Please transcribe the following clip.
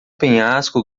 penhasco